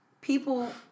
people